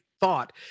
thought